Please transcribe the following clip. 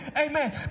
Amen